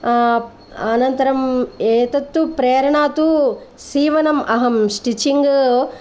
अनन्तरम् एतत् तु प्रेरणा तु सीवनम् अहं स्टिचिङ्ग्